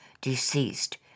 deceased